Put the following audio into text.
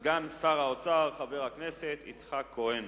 סגן שר האוצר, חבר הכנסת יצחק כהן.